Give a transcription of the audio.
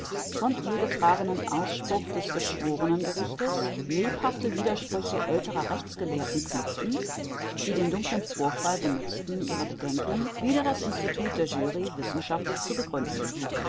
von ihr getragenen ausspruch des geschworenengerichtes lebhafte widersprüche älterer rechtsgelehrten knüpften die den dunklen vorfall benützten ihre bedenken wider das institut der jury wissenschaftlich zu begründen